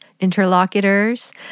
interlocutors